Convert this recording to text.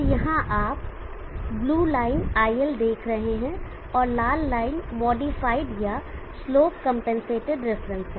अब यहाँ आप ब्लू लाइन IL देख रहे हैं और लाल लाइन मॉडिफाइड या स्लोप कंपनसेटेड रिफरेंस है